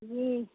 जी